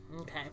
Okay